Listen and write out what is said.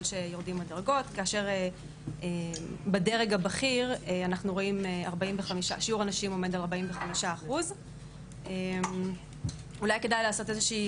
כאשר בדרג הבכיר שיעור הנשים עומד על 45%. אולי כדאי לעשות איזושהי